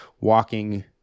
walking